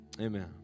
Amen